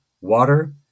water